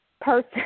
person